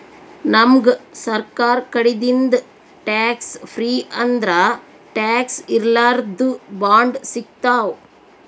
ನಮ್ಗ್ ಸರ್ಕಾರ್ ಕಡಿದಿಂದ್ ಟ್ಯಾಕ್ಸ್ ಫ್ರೀ ಅಂದ್ರ ಟ್ಯಾಕ್ಸ್ ಇರ್ಲಾರ್ದು ಬಾಂಡ್ ಸಿಗ್ತಾವ್